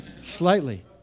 Slightly